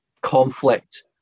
conflict